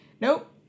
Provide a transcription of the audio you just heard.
nope